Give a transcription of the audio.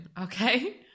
okay